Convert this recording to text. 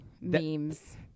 memes